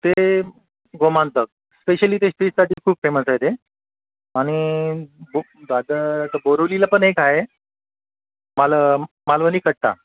ते गोमांतक स्पेशली ते फिशसाठी खूप फेमस आहे ते आणि खूप दादर बोरीवलीला पण एक आहे माल मालवणी कट्टा